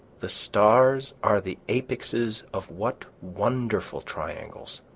the stars are the apexes of what wonderful triangles!